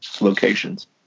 locations